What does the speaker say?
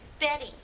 Betty